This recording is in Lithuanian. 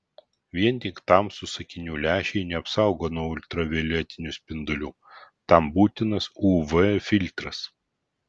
vien tik tamsūs akinių lęšiai neapsaugo nuo ultravioletinių spindulių tam būtinas uv filtras